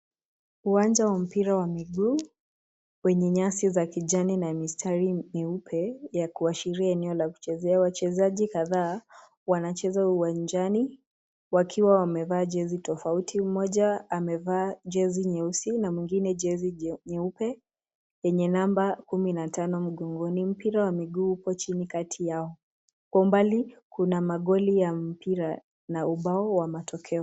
Uwanja wa mpira wa miguu wenye nyasi za kijani na mistari meupe ya kuashiria eneo la kuchezea. Wachezaji kadhaa wanacheza uwanjani wakiwa wamevaa jezi tofauti. Mmoja amevaa jezi nyeusi na mwengine jezi nyeupe yenye namba 15 mgongoni. Mpira wa miguu upo chini kati yao. Kwa umbali kuna magoli ya mpira na ubao wa matokeo.